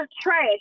trash